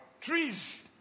Trees